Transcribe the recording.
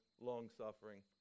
long-suffering